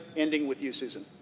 ending with you, susan.